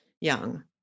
young